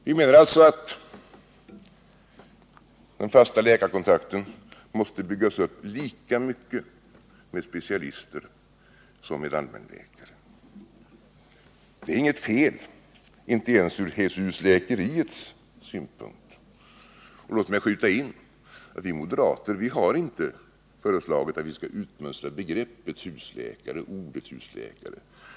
Vi menar alltså aut den fasta läkarkontakten måste byggas upp lika mycket med specialister som med allmänläkare. Det är inget fel — inte ens sett ur husläkeriets synpunkt. Låt mig här skjuta in att vi moderater inte har föreslagit att vi skall utmönstra begreppet — eller ordet — husläkare.